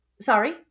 Sorry